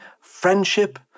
friendship